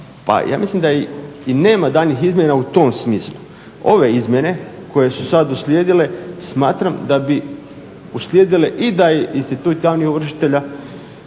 Pa ja mislim da i nema daljnjih izmjena u tom smislu. Ove izmjene koje su sad uslijedile smatram da bi uslijedile i da je institut javnih ovršitelja